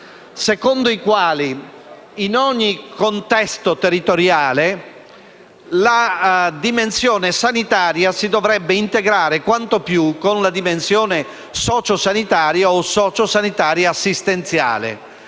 secondo i quali in ogni contesto territoriale la dimensione sanitaria si dovrebbe integrare quanto più con una dimensione sociosanitaria o sociosanitaria assistenziale,